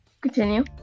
Continue